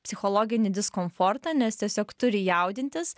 psichologinį diskomfortą nes tiesiog turi jaudintis